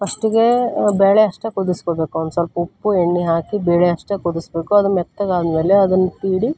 ಫಸ್ಟಿಗೆ ಬೇಳೆ ಅಷ್ಟೇ ಕುದಿಸ್ಕೊಬೇಕು ಒಂದು ಸ್ವಲ್ಪ ಉಪ್ಪು ಎಣ್ಣೆ ಹಾಕಿ ಬೇಳೆ ಅಷ್ಟೇ ಕುದಿಸ್ಬೇಕು ಅದು ಮೆತ್ತಗಾದ ಮೇಲೆ ಅದನ್ನು ತೀಡಿ